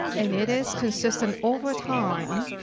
and it is consistent over time,